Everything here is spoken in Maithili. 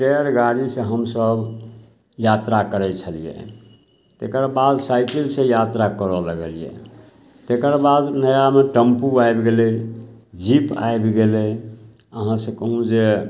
टाइर गाड़ीसे हमसभ यात्रा करै छलिए तकर बाद साइकिलसे यात्रा करऽ लगलिए तकर बाद नयामे टेम्पू आबि गेलै जीप आबि गेलै अहाँसे कहू जे